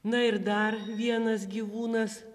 na ir dar vienas gyvūnas